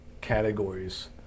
categories